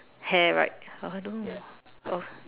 hair right I don't know oh